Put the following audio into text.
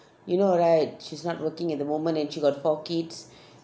you know right she's not working at the moment and she got four kids